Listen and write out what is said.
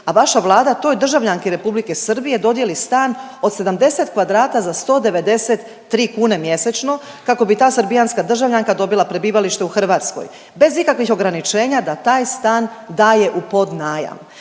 a vaša Vlada toj državljanki Republike Srbije dodjeli stan od 70 kvadrata za 193 kune mjesečno kako bi ta srbijanska državljanka dobila prebivalište u Hrvatskoj bez ikakvih ograničenja da taj stan daje u podnajam.